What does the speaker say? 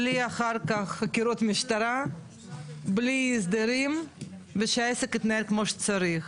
בלי אחר כך חקירות משטרה בלי הסדרים ושהעסק יתנהל כמו שצריך,